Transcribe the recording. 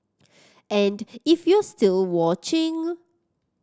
and if you're still watching